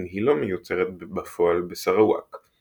אם היא לא מיוצרת בפועל בסראוואק;